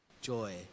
joy